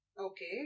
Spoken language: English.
Okay